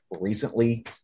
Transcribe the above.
recently